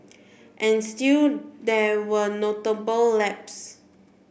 and still there were notable lapses